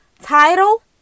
title